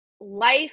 life